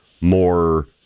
more